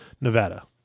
Nevada